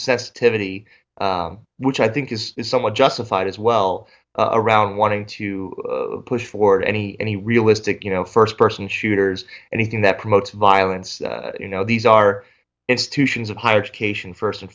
sensitivity which i think is somewhat justified as well around wanting to push forward any any realistic you know first person shooters anything that promotes violence you know these are institutions of higher education first and